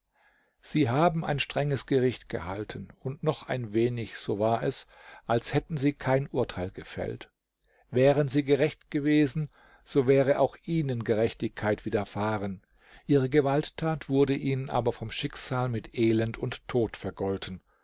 sie haben ein strenges gericht gehalten und noch ein wenig so war es als hätten sie kein urteil gefällt wären sie gerecht gewesen so wäre auch ihnen gerechtigkeit widerfahren ihre gewalttat wurde ihnen aber vom schicksal mit elend und tod vergolten